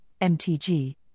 MTG